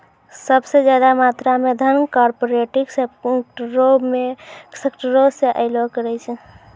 सभ से ज्यादा मात्रा मे धन कार्पोरेटे सेक्टरो से अयलो करे छै